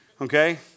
okay